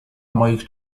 moich